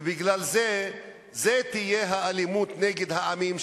ובגלל זה תהיה אלימות נגד העמים,